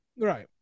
Right